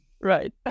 Right